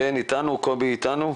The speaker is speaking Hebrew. חן או קובי איתנו?